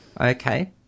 Okay